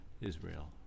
Israel